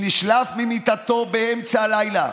שנשלף ממיטתו באמצע הלילה,